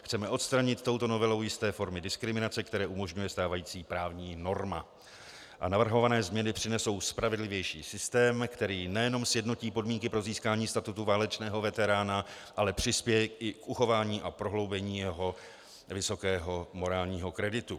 Chceme odstranit touto novelou jisté formy diskriminace, které umožňuje stávající právní norma, a navrhované změny přinesou spravedlivější systém, který nejenom sjednotí podmínky pro získání statutu válečného veterána, ale přispěje i k uchování a prohloubení jeho vysokého morálního kreditu.